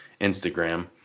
instagram